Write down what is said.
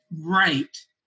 right